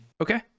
okay